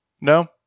no